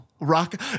Rock